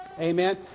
Amen